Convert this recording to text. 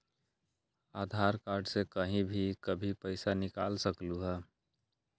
आधार card से कहीं भी कभी पईसा निकाल सकलहु ह?